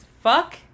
fuck